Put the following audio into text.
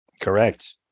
Correct